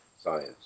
science